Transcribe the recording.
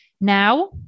Now